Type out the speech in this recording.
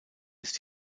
ist